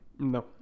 No